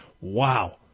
Wow